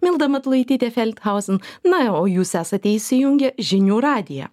milda matulaitytė feldhauzen na o jūs esate įsijungę žinių radiją